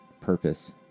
purpose